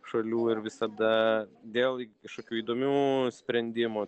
šalių ir visada dėl kažkokių įdomių sprendimų